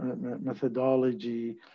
methodology